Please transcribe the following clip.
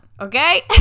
okay